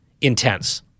intense